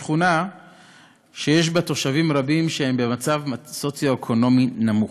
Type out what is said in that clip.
שכונה שיש בה תושבים רבים שהם במצב סוציו-אקונומי נמוך.